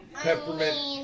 peppermint